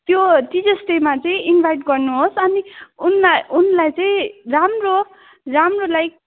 त्यो टिचर्स डेमा चाहिँ इन्भाइट गर्नुहोस् अनि उनलाई उनलाई चाहिँ राम्रो राम्रो लाइक